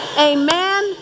amen